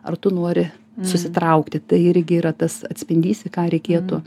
ar tu nori susitraukti tai irgi yra tas atspindys į ką reikėtų